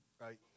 right